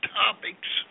topics